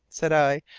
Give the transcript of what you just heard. said i,